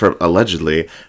allegedly